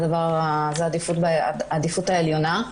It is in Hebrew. זו העדיפות העליונה.